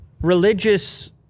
religious